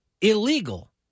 illegal